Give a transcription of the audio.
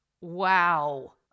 Wow